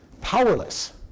Powerless